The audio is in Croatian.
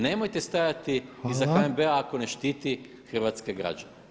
Nemojte stajati iza HNB-a ako ne štiti hrvatske građane.